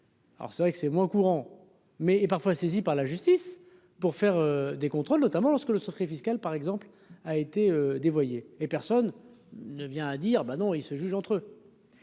Alors c'est vrai que c'est moins courant mai et parfois saisis par la justice pour faire des contrôles, notamment parce que le secret fiscal par exemple a été dévoyé et personne ne vient à dire : ben non, ils se jugent entre eux.